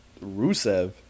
Rusev